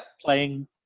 playing